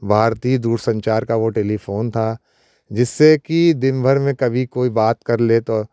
भारती दूर संचार का वह टेलीफ़ोन था जिससे कि दिन भर में कभी कोई बात कर लेता